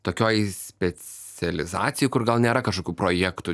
tokioj specializacijoj kur gal nėra kažkokių projektų